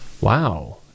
Wow